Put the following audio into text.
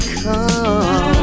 come